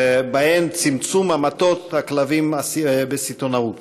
ובהן צמצום המתות הכלבים בסיטונאות.